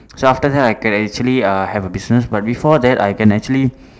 so after that I can actually err have a business but before that I can actually